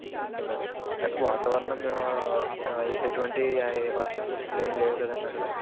okay madam and వాతావరణం ఎటువంటి వర్ష సూచనలు ఏమి లేవు కదండి అక్కడ